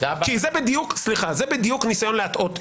כי זה בדיוק ניסיון להטעות.